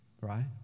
Right